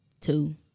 two